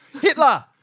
Hitler